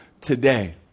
today